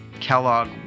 Kellogg